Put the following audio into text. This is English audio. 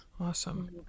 Awesome